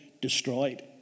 destroyed